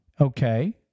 okay